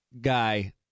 guy